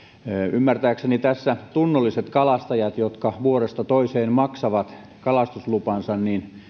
ymmärtääkseni tässä tunnolliset kalastajat jotka vuodesta toiseen maksavat kalastuslupansa